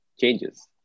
changes